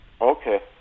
okay